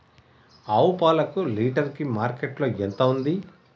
ఆవు పాలకు లీటర్ కి మార్కెట్ లో ఎంత ఉంది?